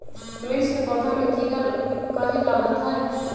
मिर्च के पौधा में किरा कहे लगतहै?